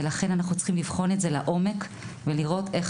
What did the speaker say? ולכן אנחנו צריכים לבחון את זה לעומק ולראות איך